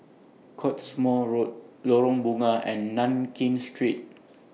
Cottesmore Road Lorong Bunga and Nankin Street